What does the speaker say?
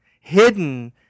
hidden